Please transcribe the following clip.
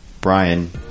Brian